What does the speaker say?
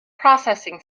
processing